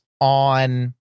on